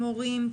מורים,